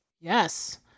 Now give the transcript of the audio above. Yes